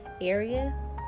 area